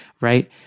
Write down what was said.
Right